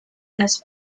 las